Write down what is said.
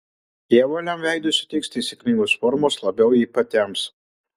jie ovaliam veidui suteiks taisyklingos formos labiau jį patemps